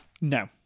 No